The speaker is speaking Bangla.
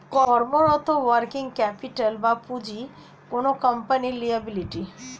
কর্মরত ওয়ার্কিং ক্যাপিটাল বা পুঁজি কোনো কোম্পানির লিয়াবিলিটি